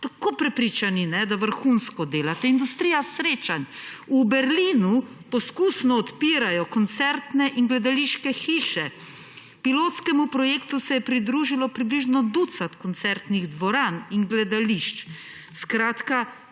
tako prepričani, da vrhunsko delate. Industrija srečanj v Berlinu – poskusno odpirajo koncertne in gledališke hiše. Pilotskemu projektu se je pridružilo približno ducat koncertnih dvoran in gledališč. Skratka,